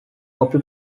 copy